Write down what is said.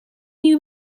you